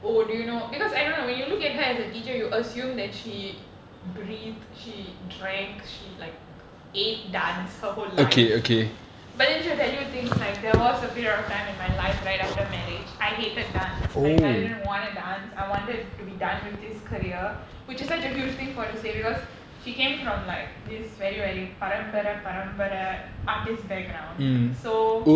oh do you know because I don't know when you look at her as a teacher you assume that she breathed she drank she like ate dance her whole life but then she'll tell you things like there was a period of time in my life right after marriage I hated dance like I didn't wanna dance I wanted to be done with this career which is such a huge thing for her to say because she came from like this very very பரம்பரபரம்பர:parampara parampara artists background so